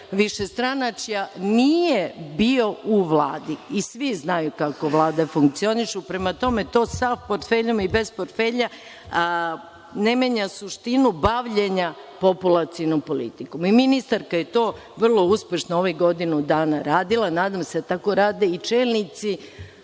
višestranačja nije bio u Vladi. I svi znaju kako Vlade funkcionišu. Prema tome, to sa portfeljom i bez portfelja ne menja suštinu bavljenja populacionom politikom. I ministarka je to vrlo uspešno u ovih godinu dana radila, nadam se da tako rade i čelnici